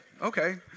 Okay